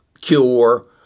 cure